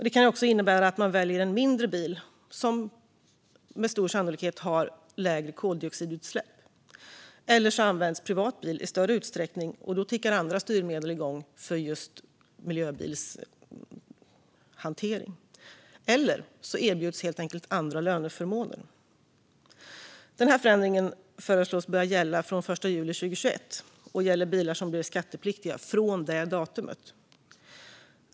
De kan också innebära att man väljer en mindre bil som med stor sannolikhet har lägre koldioxidutsläpp. Eller så används privat bil i större utsträckning, och då tickar andra styrmedel igång för just miljöbilshantering. Eller så erbjuds helt enkelt andra löneförmåner. Förändringen föreslås börja gälla den 1 juli 2021 och gäller bilar som blir skattepliktiga från det datumet.